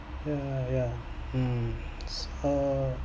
yeah yeah mm so